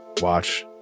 watch